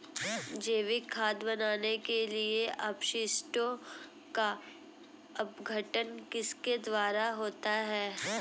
जैविक खाद बनाने के लिए अपशिष्टों का अपघटन किसके द्वारा होता है?